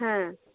হ্যাঁ